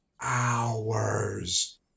hours